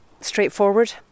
straightforward